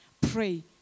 pray